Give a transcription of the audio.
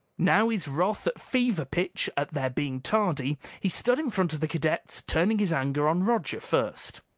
now, his wrath at fever pitch at their being tardy, he stood in front of the cadets, turning his anger on roger first.